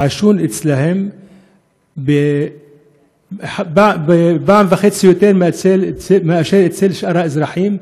העישון אצלם הוא פעם וחצי יותר מאשר אצל שאר האזרחים.